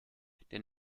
den